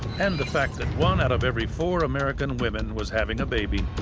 and the fact that one out of every four american women was having a baby.